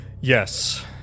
Yes